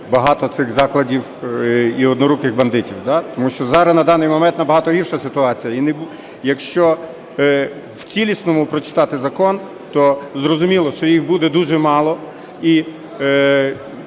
багато цих закладів і "одноруких бандитів". Тому що зараз на даний момент набагато гірша ситуація. Якщо в цілісному прочитати закон, то зрозуміло, що їх буде дуже мало.